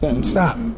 Stop